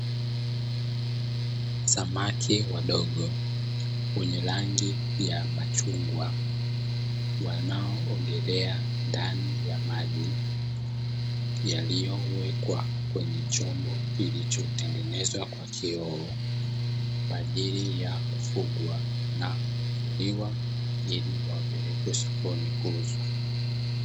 Samaki wadogo wenye rangi ya machungwa wanaoogelea ndani maji, yaliyowekwa kwenye chombo kilichotengenezwa kwa kioo, kwa ajili ya kufugwa na kuvuliwa ili wapelekwe sokoni kuuzwa.